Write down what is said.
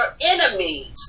enemies